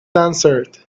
answered